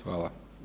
Hvala.